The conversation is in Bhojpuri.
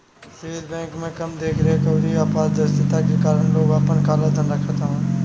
स्विस बैंक में कम देख रेख अउरी अपारदर्शिता के कारण लोग आपन काला धन रखत हवे